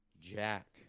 Jack